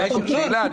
עשיתם סלקציה.